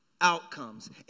outcomes